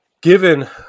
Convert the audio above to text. given